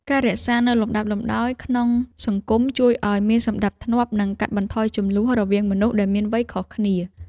ការរក្សានូវលំដាប់លំដោយក្នុងសង្គមជួយឱ្យមានសណ្តាប់ធ្នាប់ និងកាត់បន្ថយជម្លោះរវាងមនុស្សដែលមានវ័យខុសគ្នា។